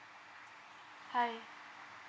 hi